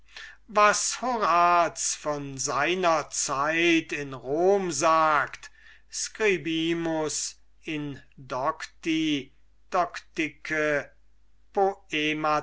was horaz von seiner zeit in rom sagt scribimus indocti